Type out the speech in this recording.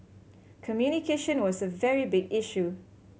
communication was a very big issue